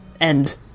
end